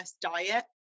diet